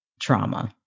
trauma